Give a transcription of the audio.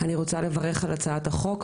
אני רוצה לברך על הצעת החוק.